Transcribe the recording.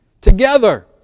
together